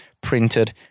printed